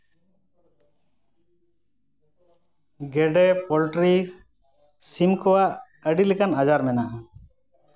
ᱜᱮᱰᱮ ᱯᱳᱞᱴᱨᱤ ᱥᱤᱢ ᱠᱚᱣᱟᱜ ᱟᱹᱰᱤ ᱞᱮᱠᱟᱱ ᱟᱡᱟᱨ ᱢᱮᱱᱟᱜᱼᱟ